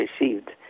received